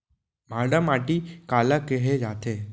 भांटा माटी काला कहे जाथे?